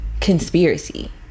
conspiracy